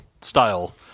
style